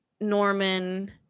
Norman –